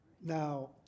Now